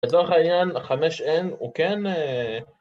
לצורך העניין 5N הוא כן...